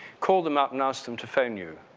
call them up and asked them to phone you.